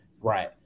Right